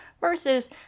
versus